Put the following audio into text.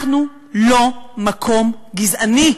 אנחנו לא מקום גזעני.